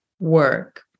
work